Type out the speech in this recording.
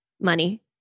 Money